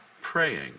praying